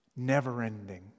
never-ending